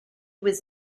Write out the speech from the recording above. was